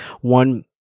One